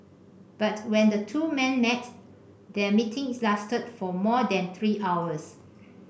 but when the two men met their meeting lasted for more than three hours